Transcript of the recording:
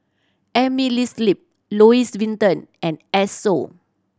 Amerisleep Louis Vuitton and Esso